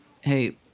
Hey